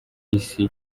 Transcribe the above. isi